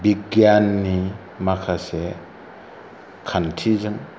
बिगियाननि माखासे खान्थिजों